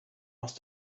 must